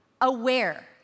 aware